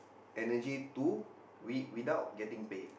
energy to with without getting pay